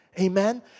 Amen